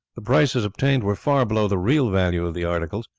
the prices obtained were far below the real value of the articles,